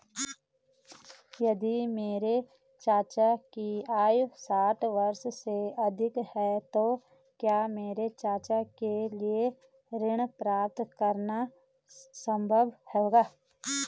यदि मेरे चाचा की आयु साठ वर्ष से अधिक है तो क्या मेरे चाचा के लिए ऋण प्राप्त करना संभव होगा?